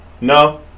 No